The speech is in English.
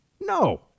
No